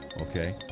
okay